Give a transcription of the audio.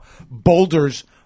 Boulder's